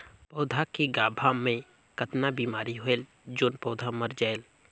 पौधा के गाभा मै कतना बिमारी होयल जोन पौधा मर जायेल?